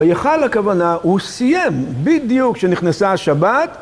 ביחל הכוונה הוא סיים בדיוק כשנכנסה השבת.